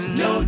no